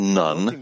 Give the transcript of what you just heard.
none